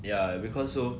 ya because so